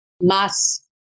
mass